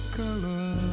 color